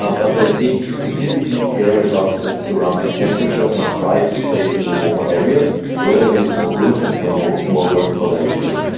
ah but they seem to specifically care about that surrounding temperature and try to stay in the warmer areas where there is more brood and more work more work for them to do.